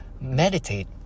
meditate